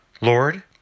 Lord